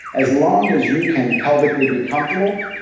as long as you can pelvically be comfortable,